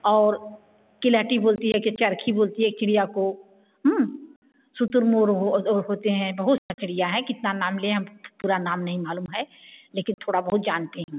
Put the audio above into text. और किलहटी बोलती है के चरखी बोलती है चिड़िया को शुतुरमुर्ग हो होते हैं बहुत सा चिड़िया है कितना नाम लें हम पूरा नाम नहीं मालूम है लेकिन थोड़ा बहुत जानती हूँ